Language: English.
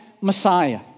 Messiah